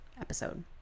episode